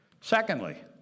Secondly